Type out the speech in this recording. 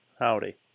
Howdy